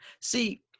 See